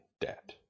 debt